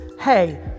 hey